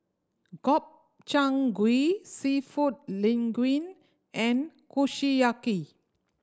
Gobchang Gui Seafood Linguine and Kushiyaki